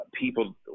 people